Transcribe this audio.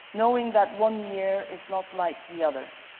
knowing that one year, is not like the other.